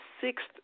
sixth